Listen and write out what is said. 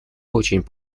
очень